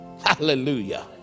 Hallelujah